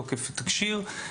מתוקף תקשי"ר.